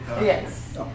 Yes